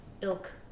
ilk